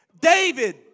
David